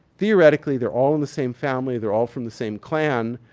theoretically, they're all in the same family. they're all from the same clan,